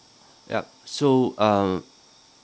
yup so uh